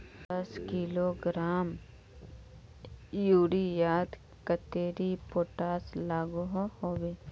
दस किलोग्राम यूरियात कतेरी पोटास लागोहो होबे?